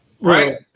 Right